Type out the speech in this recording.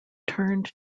turned